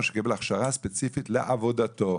או שהוא קיבל הכשרה ספציפית לעבודתו,